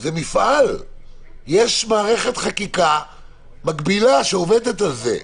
יש מערכת חקיקה מקבילה שעובדת על זה.